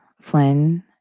Flynn